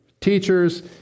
teachers